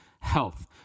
health